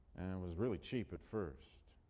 was really cheap at first.